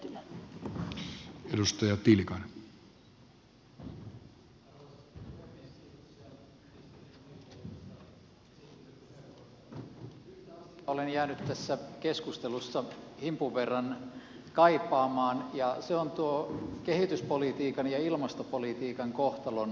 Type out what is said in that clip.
yhtä asiaa olen jäänyt tässä keskustelussa himpun verran kaipaamaan ja se on tuo kehityspolitiikan ja ilmastopolitiikan kohtalonyhteys